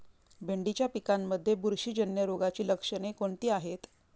भेंडीच्या पिकांमध्ये बुरशीजन्य रोगाची लक्षणे कोणती आहेत?